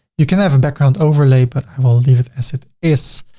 you can have a background overlay, but i will leave it as it is.